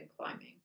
climbing